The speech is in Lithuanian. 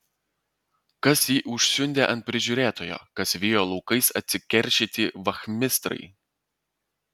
kas jį užsiundė ant prižiūrėtojo kas vijo laukais atsikeršyti vachmistrai